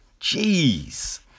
Jeez